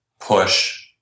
Push